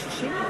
לוין.